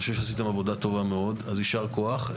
אני חושב שעשיתם עבודה טובה מאוד, אז יישר כוח.